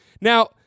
Now